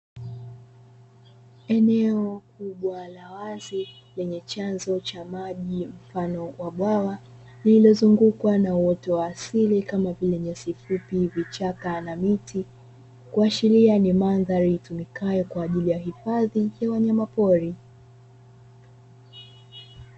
Eneo kubwa la wazi lenye chanzo cha maji mfano wa bwawa, lililozungukwa na uoto wa asili kama vile nyasi fupi, vichaka na miti kuashiria ni mandhari itumikayo kwa ajili ya hifadhi ya wanyama pori.